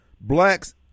blacks